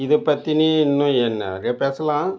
இதை பற்றி இனி இன்னும் என் நிறைய பேசலாம்